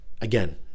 Again